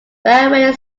railway